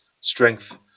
strength